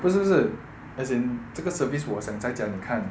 不是不是 as in 这个 service 我想在家看